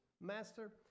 master